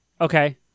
Okay